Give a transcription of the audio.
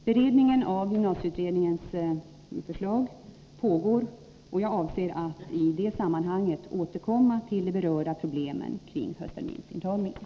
Beredningen av gymnasieutredningens förslag pågår, och jag avser att i det sammanhanget återkomma till de berörda problemen kring höstterminsintagningen.